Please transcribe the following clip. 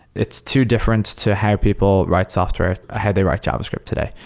it's too different to how people write software, ah how they write javascript today.